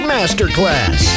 Masterclass